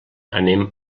anem